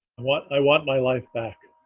want i want my life back